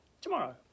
tomorrow